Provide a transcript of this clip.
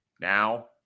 now